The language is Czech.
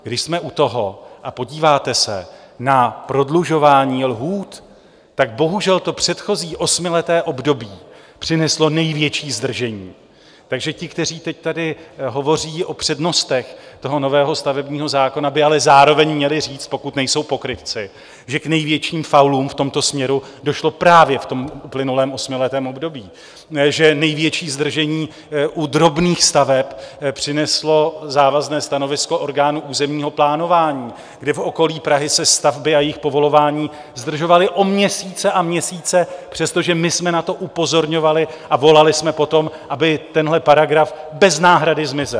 Když jsme u toho a podíváte se na prodlužování lhůt, tak bohužel předchozí osmileté období přineslo největší zdržení, takže ti, kteří teď tady hovoří o přednostech nového stavebního zákona, by ale zároveň měli říct, pokud nejsou pokrytci, že k největším faulům v tomto směru došlo právě v uplynulém osmiletém období, že největší zdržení u drobných staveb přineslo závazné stanovisko orgánu územního plánování, kde v okolí Prahy se stavby a jejich povolování zdržovaly o měsíce a měsíce, přestože jsme na to upozorňovali a volali jsme po tom, aby tenhle paragraf bez náhrady zmizel.